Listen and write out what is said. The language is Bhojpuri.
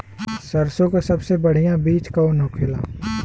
सरसों का सबसे बढ़ियां बीज कवन होखेला?